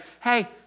hey